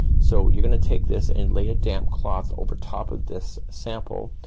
so you're gonna take this, and lay a damp cloth over top of this sample,